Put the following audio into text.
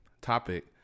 topic